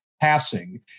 passing